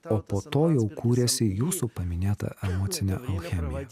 o po to jau kūrėsi jūsų paminėta emocinė alchemija